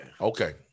Okay